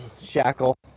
shackle